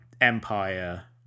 empire